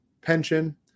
pension